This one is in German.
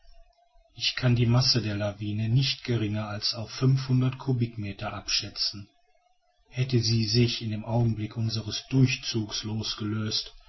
ich kann die masse der lawine nicht geringer als auf fünfhundert cubikmeter abschätzen hätte sie sich in dem augenblick unseres durchzuges losgelöst